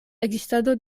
ekzistado